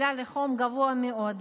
עלה לי חום גבוה מאוד,